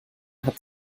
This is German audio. hat